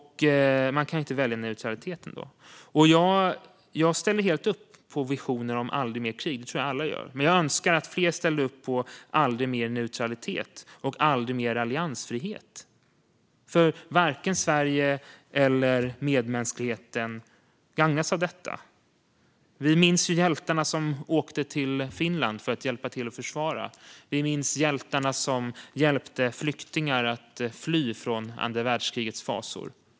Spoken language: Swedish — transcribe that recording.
Man kan inte välja neutraliteten då. Jag ställer helt upp på visioner om att vi aldrig mer ska ha krig - det tror jag att alla gör. Men jag önskar att fler ställde upp på att vi aldrig mer ska ha neutralitet och alliansfrihet. Varken Sverige eller medmänskligheten gagnas av detta. Vi minns hjältarna som åkte till Finland för att hjälpa till att försvara. Vi minns hjältarna som hjälpte flyktingar att fly från andra världskrigets fasor.